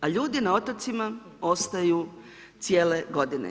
A ljudi na otocima ostaju cijele godine.